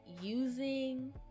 using